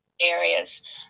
areas